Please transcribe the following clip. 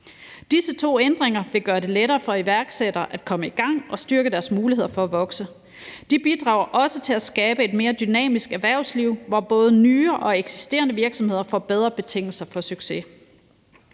Disse to ændringer vil gøre det lettere for iværksættere at komme i gang og styrke deres muligheder for at vokse. De bidrager også til at skabe et mere dynamisk erhvervsliv, hvor både nye og eksisterende virksomheder får bedre betingelser for succes.